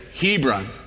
Hebron